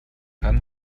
kann